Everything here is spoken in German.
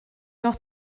noch